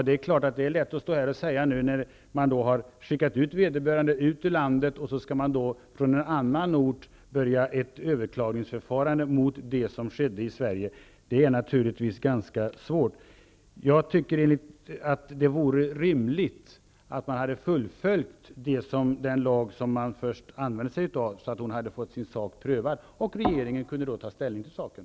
Det är lätt att stå här och säga det, när man har skickat ut vederbörande ur landet, att hon från en annan ort skall börja ett överklagningsförfarande mot det som skedde i Sverige. Det är naturligtvis ganska svårt. Jag tycker att det hade varit rimligt att man hade fullföljt den lag som man först använde sig av och att hon hade fått sin sak prövad. Regeringen hade då kunnat ta ställning till saken.